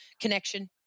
connection